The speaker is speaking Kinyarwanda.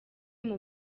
b’u